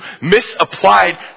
misapplied